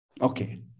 Okay